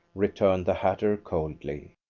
returned the hatter coldly.